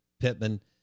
Pittman